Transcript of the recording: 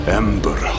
ember